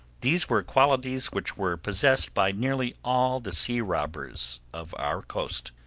these were qualities which were possessed by nearly all the sea-robbers of our coast